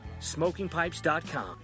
SmokingPipes.com